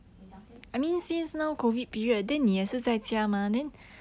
你讲先